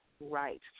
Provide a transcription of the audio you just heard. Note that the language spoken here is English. right